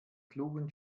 klugen